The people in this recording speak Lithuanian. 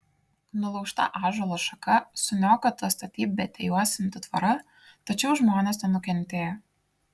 nulaužta ąžuolo šaka suniokota statybvietę juosianti tvora tačiau žmonės nenukentėjo